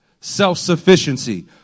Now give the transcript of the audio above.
self-sufficiency